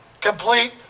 Complete